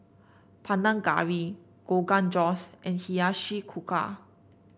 Panang Curry Rogan Josh and Hiyashi Chuka